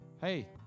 Hey